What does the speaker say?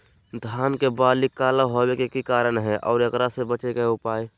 धान के बाली काला होवे के की कारण है और एकरा से बचे के उपाय?